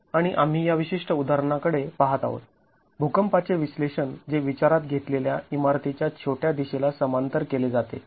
आणि आम्ही या विशिष्ट उदाहरणाकडे पाहत आहोत भुकंपाचे विश्लेषण जे विचारात घेतलेल्या इमारतीच्या छोट्या दिशेला समांतर केले जाते